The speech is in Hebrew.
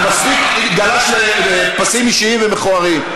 ומספיק זה גלש לפסים אישיים ומכוערים.